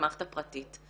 למערכת הפרטית.